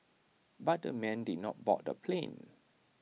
but the men did not board the plane